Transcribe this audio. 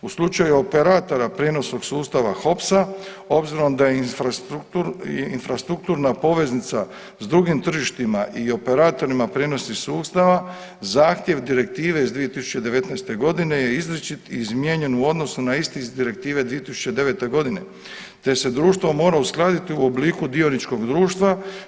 U slučaju operatora prijenosnog sustava HOPS-a, obzirom da je infrastrukturna poveznica s drugim tržištima i operatorima prijenosnih sustava, zahtjev Direktive iz 2019. g. je izričit i izmijenjen u odnosu na isti iz Direktive iz 2009. g. te se društvo mora uskladiti u obliku dioničkog društva.